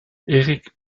erik